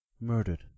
murdered